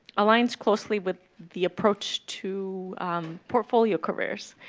aligns closely with the approach to portfolio careers,